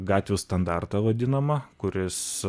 gatvių standartą vadinamą kuris